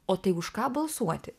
o tai už ką balsuoti